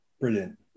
Brilliant